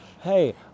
Hey